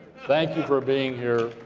thank you for being here.